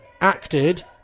acted